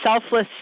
selfless